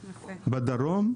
בדרום,